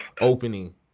opening